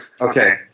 Okay